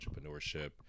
entrepreneurship